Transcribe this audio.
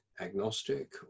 agnostic